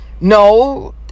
No